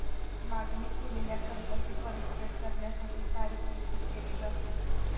मागणी केलेल्या कर्जाची परतफेड करण्यासाठी तारीख निश्चित केली जाते